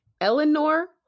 Eleanor